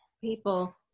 people